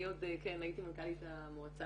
אני עוד כן הייתי מנכ"לית המועצה